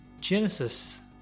Genesis